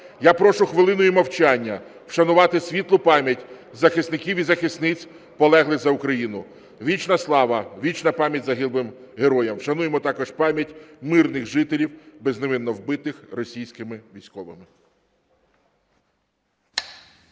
Я прошу хвилиною мовчання вшанувати світлу пам'ять захисників і захисниць, полеглих за Україну, вічна слава, вічна пам'ять загиблим героям. Вшануємо також пам'ять мирних жителів, безневинно вбитих російськими військовими.